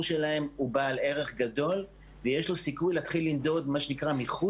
שלהם הוא בעל ערך גדול ויש לו סיכוי להתחיל לנדוד מחוץ,